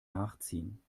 nachziehen